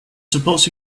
suppose